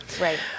Right